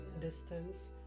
distance